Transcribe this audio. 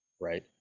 right